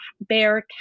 bear